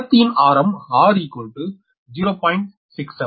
கத்தியின் ஆரம் r 0